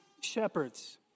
shepherds